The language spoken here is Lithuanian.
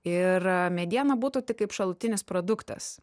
ir mediena būtų tik kaip šalutinis produktas